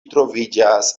troviĝas